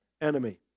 enemy